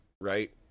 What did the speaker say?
right